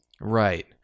Right